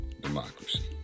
democracy